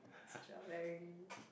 strawberry